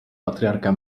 patriarca